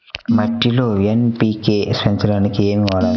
మట్టిలో ఎన్.పీ.కే పెంచడానికి ఏమి వాడాలి?